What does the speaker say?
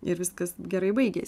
ir viskas gerai baigės